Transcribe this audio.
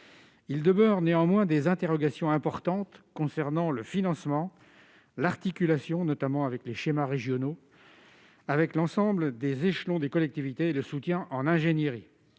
Néanmoins, des interrogations importantes demeurent concernant le financement, l'articulation, notamment avec les schémas régionaux et l'ensemble des échelons de collectivités, et le soutien en ingénierie.